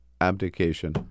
abdication